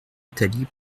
italie